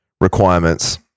requirements